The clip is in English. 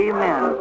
Amen